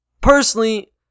personally